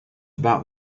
about